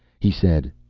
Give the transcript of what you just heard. he said